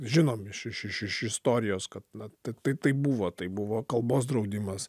žinom iš iš iš iš istorijos kad na tai tai buvo tai buvo kalbos draudimas